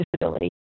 disability